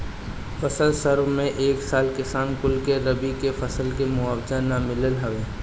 फसल सर्वे में ए साल किसान कुल के रबी के फसल के मुआवजा ना मिलल हवे